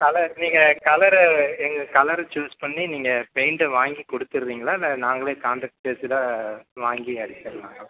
colour நீங்கள் கலரை எங்களுக்கு கலரை சூஸ் பண்ணி நீங்கள் பெயிண்ட்டை வாங்கி கொடுத்துர்றீங்களா இல்லை நாங்களே காண்ட்ரக்ட் பேஸ்டாக வாங்கி அடிச்சிடுலாமா